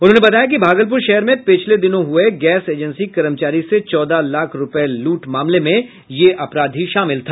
उन्होंने बताया कि भागलपुर शहर में पिछले दिनों हुए गैस एजेंसी कर्मचारी से चौदह लाख रूपये लूट मामले में ये अपराधी शामिल था